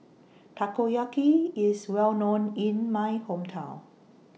Takoyaki IS Well known in My Hometown